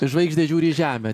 žvaigždės žiūri į žemę